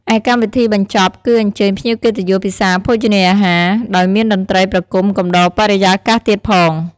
ឯកម្មវិធីបញ្ចប់គឺអញ្ជើញភ្ញៀវកិត្តិយសពិសារភោជនាហារ ដោយមានតន្ត្រីប្រគុំកំដរបរិយាកាសទៀតផង ។